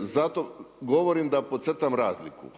Zato govorim da podcrtam razliku.